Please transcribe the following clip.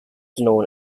known